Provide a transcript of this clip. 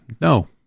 no